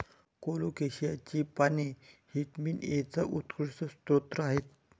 कोलोकेसियाची पाने व्हिटॅमिन एचा उत्कृष्ट स्रोत आहेत